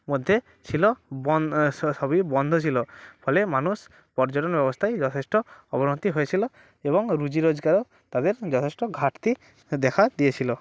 মধ্যে ছিল বন সবই বন্ধ ছিল ফলে মানুষ পর্যটন ব্যবস্থায় যথেষ্ট অবনতি হয়েছিল এবং রুজি রোজগারও তাদের যথেষ্ট ঘাটতি দেখা দিয়েছিল